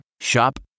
Shop